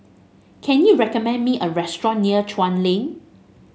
can you recommend me a restaurant near Chuan Lane